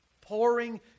Pouring